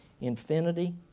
Infinity